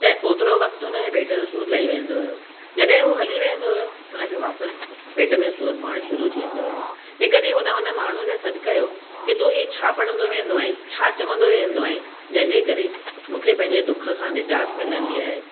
त ओतिरो वक़्तु उनजे पेट जो सूरु लही वेंदो हुओ जॾहिं हू हली वेंदो हुओ हुनखे वापसि पेट में सूरु पवण शुरू थींदो हुओ हिकु ॾींहुं हुन हुन माण्हूअ खे सॾु कयो की तूं ही छा पढ़ंदो वेंदो आहीं छा चवंदो वेंदो आहीं जंहिंजे करे मूंखे पंहिंजे दुख खां निजात मिलंदी आहे